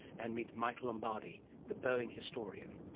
and meet mike lombardi, the boeing historian.